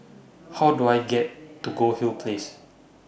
How Do I get to Goldhill Place